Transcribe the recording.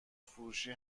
فروشی